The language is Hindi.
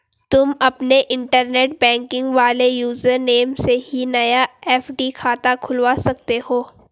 तुम अपने इंटरनेट बैंकिंग वाले यूज़र नेम से ही नया एफ.डी खाता खुलवा सकते हो